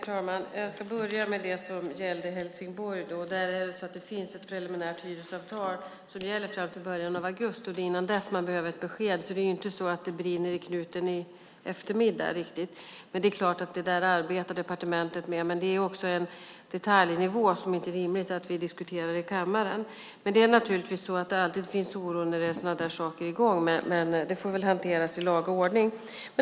Herr talman! Jag ska börja med det som gällde Helsingborg. Det finns ett preliminärt hyresavtal som gäller fram till början av augusti. Det är innan dess man behöver ett besked, så det brinner inte i knutarna i eftermiddag. Det där arbetar departementet med. Det är också en detaljnivå som det inte är rimligt att vi diskuterar i kammaren. Det finns alltid oro när sådana saker är på gång, men det får hanteras i laga ordning.